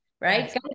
right